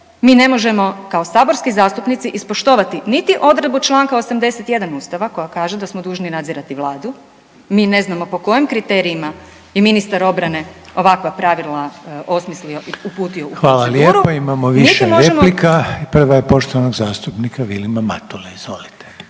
mi ne možemo kao saborski zastupnici ispoštovati niti odredbu čl. 81. Ustava koja kaže da smo dužni nadzirati vladu, mi ne znamo po kojim kriterijima ministar obrane ovakva pravila osmislio i uputio u proceduru …/Upadica Reiner: Hvala lijepa./… niti možemo … **Reiner, Željko (HDZ)** Imamo više replika, prva je poštovanog zastupnika Vilima Matule. Izvolite.